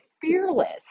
fearless